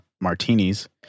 martinis